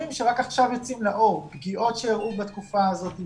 שרק עכשיו יוצאים לאור פגיעות שאירעו בתקופה הזאת וכולי,